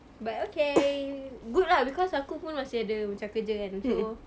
but okay good lah because aku pun masih ada macam kerja kan so